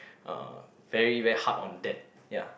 uh very very hard on that ya